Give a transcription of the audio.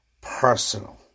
personal